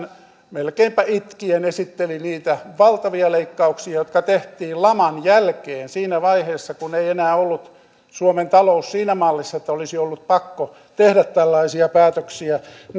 melkeinpä itkien esitteli niitä valtavia leikkauksia jotka tehtiin laman jälkeen siinä vaiheessa kun ei enää ollut suomen talous siinä mallissa että olisi ollut pakko tehdä tällaisia päätöksiä ja